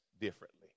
differently